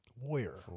warrior